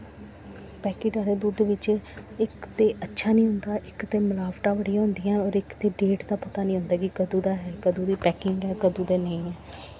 packet आह्ले दुद्ध बिच्च इक ते अच्छा निं होंदा इक ते मलाबटां बड़ियां होंदियां होर इक ते डेट दा पता निं लगदा कदूं दा ऐ कदूं दी पैकिंग ऐ कदूं दा नेईं ऐ